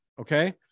Okay